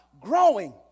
growing